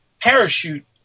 parachute